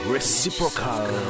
Reciprocal